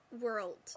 world